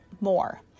more